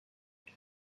what